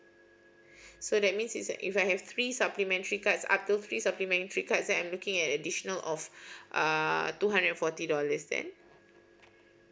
so that means it' if I have three supplementary cards other three supplementary card that I'm looking at additional of err two hundred and forty dollars then